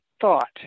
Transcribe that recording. thought